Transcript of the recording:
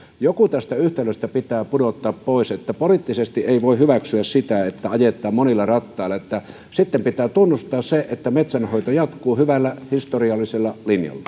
joku tästä yhtälöstä pitää pudottaa pois poliittisesti ei voi hyväksyä sitä että ajetaan monilla rattailla sitten pitää tunnustaa se että metsänhoito jatkuu hyvällä historiallisella